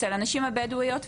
אצל הנשים הבדואיות,